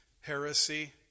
heresy